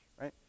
right